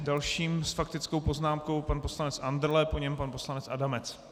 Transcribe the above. Dalším s faktickou poznámkou pan poslanec Andrle, po něm pan poslanec Adamec.